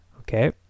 okay